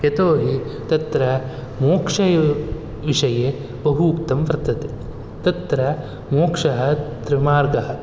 यतोहि तत्र मोक्षयोः विषये बहु उक्तं वर्तते तत्र मोक्षः त्रिमार्गः